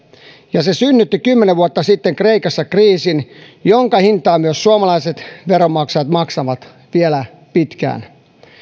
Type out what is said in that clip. ja se synnytti kymmenen vuotta sitten kreikassa kriisin jonka hintaa myös suomalaiset veronmaksajat maksavat vielä pitkään